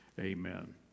Amen